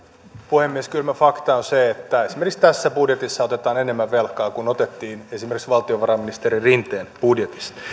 puhemies kylmä fakta on se että esimerkiksi tässä budjetissa otetaan enemmän velkaa kuin otettiin esimerkiksi valtiovarainministeri rinteen budjetissa